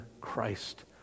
Christ